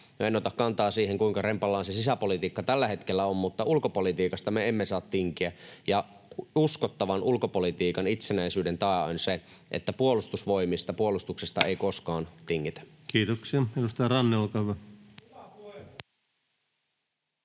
En ota kantaa siihen, kuinka rempallaan se sisäpolitiikka tällä hetkellä on, mutta ulkopolitiikasta me emme saa tinkiä. Ja uskottavan ulkopolitiikan itsenäisyyden tae on se, että Puolustusvoimista ja puolustuksesta ei koskaan tingitä. Kiitoksia. — Edustaja Ranne, olkaa hyvä.